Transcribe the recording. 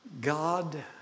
God